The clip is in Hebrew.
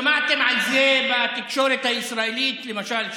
מתחיל, אגב, שמעתם על זה בתקשורת הישראלית, למשל,